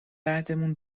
بعدمون